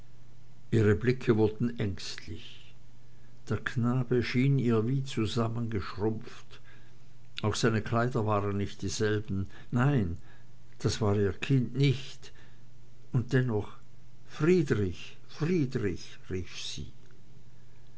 ihre blicke wurden ängstlich der knabe erschien ihr wie zusammengeschrumpft auch seine kleider waren nicht dieselben nein das war ihr kind nicht und dennoch friedrich friedrich rief sie